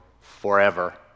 forever